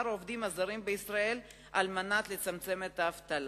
העובדים הזרים בישראל כדי לצמצם את האבטלה.